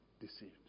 deceived